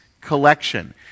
collection